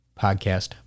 podcast